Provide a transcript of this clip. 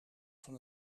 van